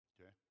Okay